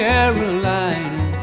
Carolina